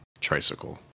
tricycle